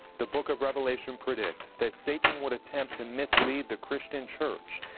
the book of revelation predicts that satan would attempt to mislead the christian church.